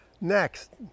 Next